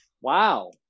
Wow